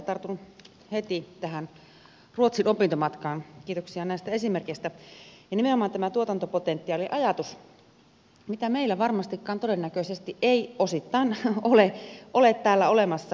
tartun heti tähän ruotsin opintomatkaan kiitoksia näistä esimerkeistä ja nimenomaan tähän tuotantopotentiaali ajatukseen mitä meillä varmastikaan todennäköisesti ei osittain ole täällä olemassa